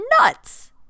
nuts